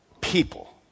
people